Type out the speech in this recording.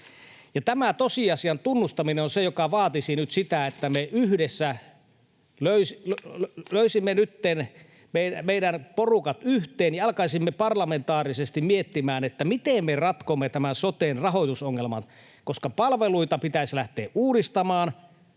Tämän tosiasian tunnustaminen on se, joka vaatisi nyt sitä, että me yhdessä löisimme meidän porukat yhteen ja alkaisimme parlamentaarisesti miettimään sitä, miten me ratkomme tämän soten rahoitusongelman, koska palveluita pitäisi lähteä uudistamaan.